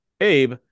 Abe